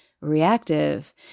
reactive